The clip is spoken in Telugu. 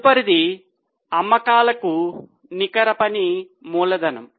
తదుపరిది అమ్మకాలకు నికర పని మూలధనం